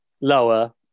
lower